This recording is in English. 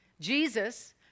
Jesus